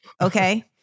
Okay